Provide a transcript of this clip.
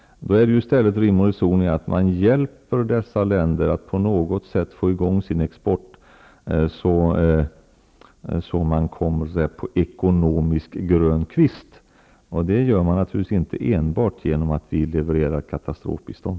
Det är i stället rim och reson i att man hjälper dessa länder att på något sätt få i gång sin export, så att de kommer på ekono misk grön kvist så att säga. Det sker inte enbart genom att vi levererar kata strofbistånd.